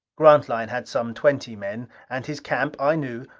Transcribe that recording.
grantline had some twenty men, and his camp, i knew,